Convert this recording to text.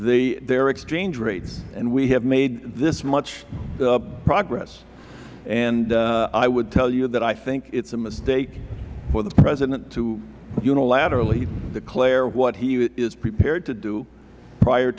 their exchange rates and we have made this much progress and i would tell you that i think it is a mistake for the president to unilaterally declare what he is prepared to do prior